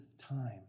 time